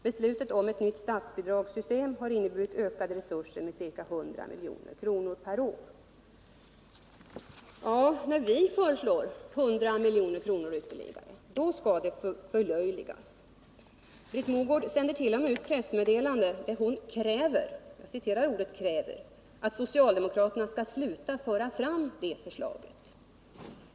Beslutet om ett nytt statsbidragssystem har inneburit ökade resurser med ca 100 milj.kr. per år.” När vi föreslår ytterligare 100 milj.kr. förlöjligas det. Britt Mogård sänder t.o.m. ut pressmeddelanden, där hon ”kräver” att socialdemokraterna skall sluta att föra fram detta förslag.